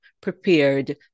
prepared